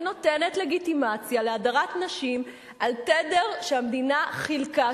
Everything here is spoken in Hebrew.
ונותנת לגיטימציה להדרת נשים על תדר שהמדינה חילקה,